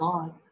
God